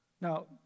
Now